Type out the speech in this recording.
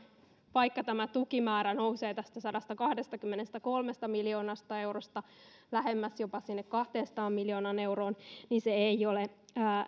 vaikka tämä tukimäärä nousee tästä sadastakahdestakymmenestäkolmesta miljoonasta eurosta jopa sinne lähemmäs kahteensataan miljoonaan euroon niin se ei ole